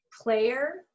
player